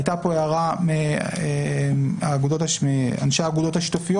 הייתה פה הערה מאנשי האגודות השיתופיות